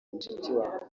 mushikiwabo